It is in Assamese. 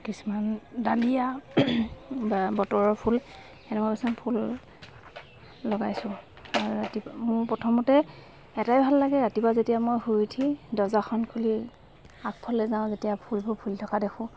কিছুমান ডালিয়া বতৰৰ ফুল এনেকুৱা কিছুমান ফুল লগাইছোঁ ৰাতিপুৱা মোৰ প্ৰথমতে এটাই ভাল লাগে ৰাতিপুৱা যেতিয়া মই শুই উঠি দৰ্জাখন খুলি আগফালে যাওঁ যেতিয়া ফুলবোৰ ফুলি থকা দেখোঁ